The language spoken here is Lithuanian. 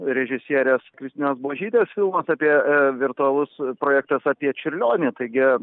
režisierės kristinos buožytės filmas apie virtualus projektas apie čiurlionį taigi